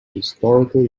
historical